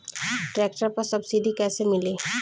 Tractor पर subsidy कैसे मिली?